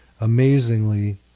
amazingly